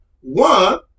One